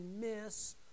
miss